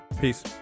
Peace